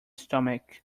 stomach